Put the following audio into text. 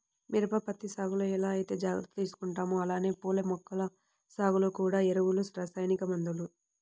మిరప, పత్తి సాగులో ఎలా ఐతే జాగర్తలు తీసుకుంటామో అలానే పూల మొక్కల సాగులో గూడా ఎరువులు, రసాయనిక మందులు